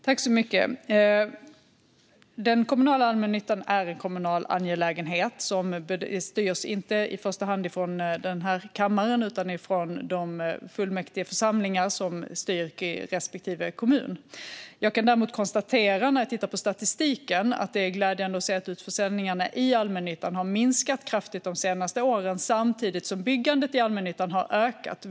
Fru talman! Den kommunala allmännyttan är en kommunal angelägenhet. Den styrs inte i första hand från den här kammaren utan från de fullmäktigeförsamlingar som styr i respektive kommun. Jag kan däremot konstatera när jag tittar på statistiken att det är glädjande att se att utförsäljningarna i allmännyttan har minskat kraftigt de senaste åren samtidigt som byggandet i allmännyttan har ökat.